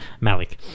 Malik